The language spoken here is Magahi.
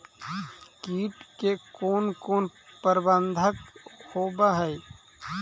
किट के कोन कोन प्रबंधक होब हइ?